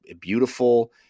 beautiful